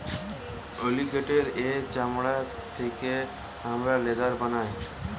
অলিগেটের এর চামড়া থেকে হামরা লেদার বানাই